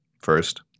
first